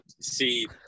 See